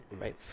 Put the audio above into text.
right